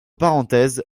parenthèses